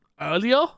Earlier